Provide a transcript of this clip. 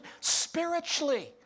spiritually